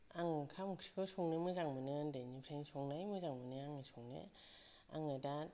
आं ओंखाम ओंख्रिखौ संनो मोजां मोनो उन्दैनिफ्रायनो संनाय मोजां मोनो आं सङो आङो दा